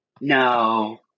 No